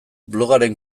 blogaren